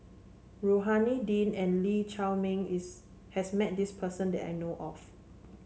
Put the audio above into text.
Rohani Din and Lee Chiaw Meng is has met this person that I know of